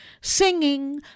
singing